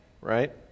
right